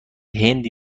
هند